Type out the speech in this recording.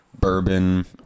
bourbon